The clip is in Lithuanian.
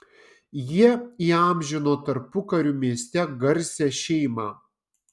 jie įamžino tarpukariu mieste garsią šeimą